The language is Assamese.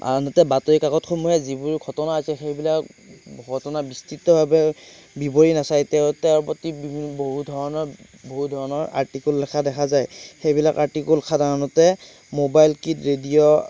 আনহাতে বাতৰি কাকতসমূহে যিবোৰ ঘটনা হৈছে সেইবিলাক ঘটনা বিস্তৃতভাৱে বিৱৰি নাচায় তেওঁ তাৰ প্ৰতি বহুধৰণৰ বহুধৰণৰ আৰ্টিক'ল লেখা দেখা যায় সেইবিলাক আৰ্টিক'ল সাধাৰণতে ম'বাইল কীট ৰেডিঅ'